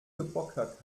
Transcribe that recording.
gepokert